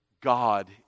God